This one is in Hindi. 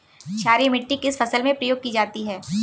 क्षारीय मिट्टी किस फसल में प्रयोग की जाती है?